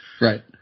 Right